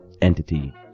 entity